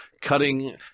cutting